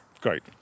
Great